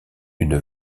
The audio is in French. une